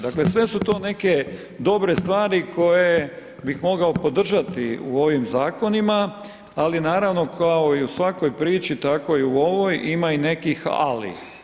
Dakle sve su to neke dobre stvari koje bih pomagao podržati u ovim Zakonima, ali naravno kao i u svakoj priči, tako i u ovoj ima i nekih ali.